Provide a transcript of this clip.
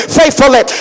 faithfully